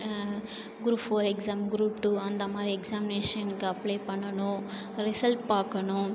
group four exam group two அந்த மாதிரி எக்ஸாம்னேஷனுக்கு அப்ளே பண்ணணும் ரிசல்ட் பாக்கணும்